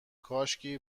کاشکی